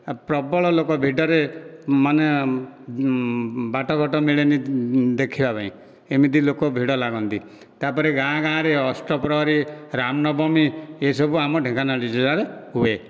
ପ୍ରବଳ ଲୋକ ଭିଡ଼ରେ ମାନେ ବାଟଘାଟ ମିଳେନି ଦେଖିବା ପାଇଁ ଏମିତି ଲୋକ ଭିଡ଼ ଲାଗନ୍ତି ତା'ପରେ ଗାଁ ଗାଁରେ ଅଷ୍ଟପ୍ରହରୀ ରାମନବମୀ ଏସବୁ ଆମ ଢେଙ୍କାନାଳ ଜିଲ୍ଲାରେ ହୁଏ